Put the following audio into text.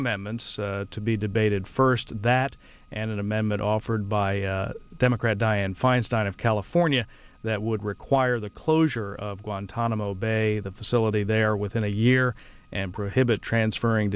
amendments to be debated first that an amendment offered by democrat dianne feinstein of california that would require the closure of guantanamo bay the facility there within a year and prohibit transferring